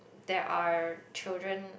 there are children